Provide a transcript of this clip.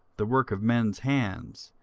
the work of men's hands,